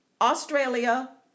Australia